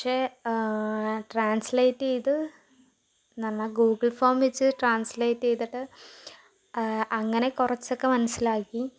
പക്ഷെ ട്രാൻസ്ലേറ്റ് ചെയ്ത് നമ്മൾ ഗൂഗിൾ ഫോം വച്ച് ട്രാൻസ്ലേറ്റ് ചെയ്തിട്ട് അങ്ങനെ കുറച്ചൊക്കെ മനസ്സിലാക്കി